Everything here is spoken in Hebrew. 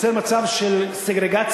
יוצר מצב של סגרגציה